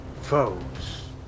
foes